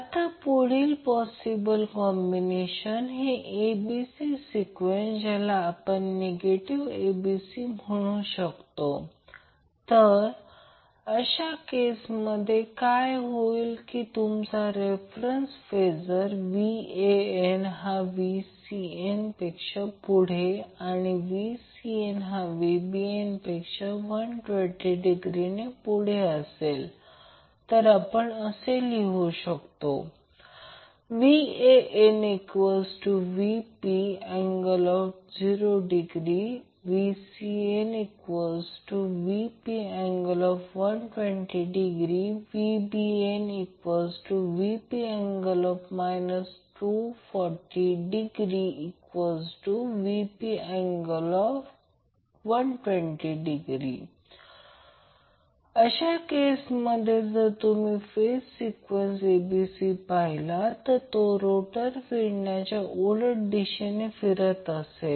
आता पुढील possible combination हे abc सिक्वेन्स ज्याला आपण निगेटिव्ह abc म्हणू शकतो तर अशा केसमध्ये काय होईल की तुमचा रेफरन्स फेजर Van हा Vcn पेक्षा पुढे आणि Vcn हा Vbn पेक्षा 120 डिग्रीने पुढे असेल तर आपण लिहू शकतो VanVp∠0° VcnVp∠ 120° VbnVp∠ 240°Vp∠120° अशा केसमध्ये जर तुम्ही फेज सिक्वेन्स abc पाहिला तर तो रोटरच्या फिरण्याच्या उलट दिशेला फिरत असेल